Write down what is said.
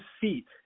seat